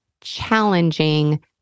challenging